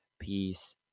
peace